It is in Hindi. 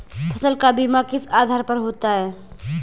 फसल का बीमा किस आधार पर होता है?